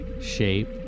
shape